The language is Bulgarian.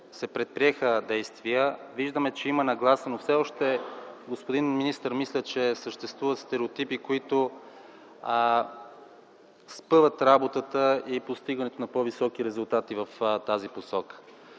се предприеха действия, виждаме, че има нагласа. Господин министър, мисля, че все още съществуват стереотипи, които спъват работата и постигането на по-високи резултати в тази посока.